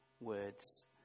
words